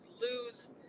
lose